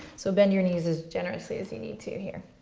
so bend your knees as generously as you need to here.